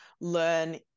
learn